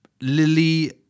Lily